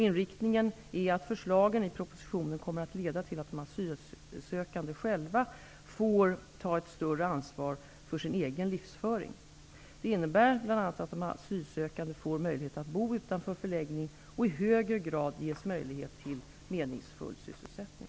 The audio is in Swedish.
Inriktningen är att förslagen i propositionen kommer att leda till att de asylsökande själva får ta ett större ansvar för sin egen livsföring. Det innebär bl.a. att de asylsökande får möjlighet att bo utanför förläggning och i högre grad ges möjlighet till meningsfull sysselsättning.